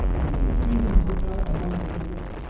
an' den freedom broke out among de niggers,